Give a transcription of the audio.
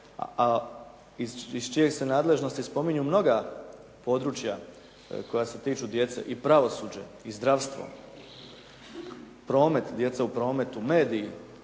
a iz čije se nadležnosti spominju mnoga područja koja se tiču djece i pravosuđe i zdravstvo, promet, djeca u prometu, mediji,